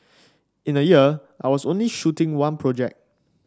in a year I was only shooting one project